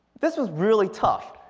this was really tough.